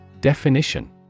Definition